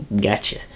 Gotcha